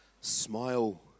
Smile